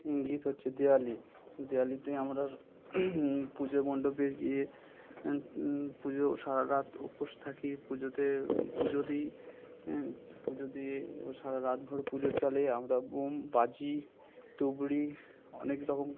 ইঙ্গিত হচ্ছে দেওয়ালি দেওয়ালিতে আমরা পুজো মণ্ডপে গিয়ে পুজো সারা রাত উপোস থাকি পুজোতে পুজো দিই পুজো দিয়ে এবার সারা রাতভোর পুজো চলে আমরা বোম বাজি তুবড়ি অনেক রকম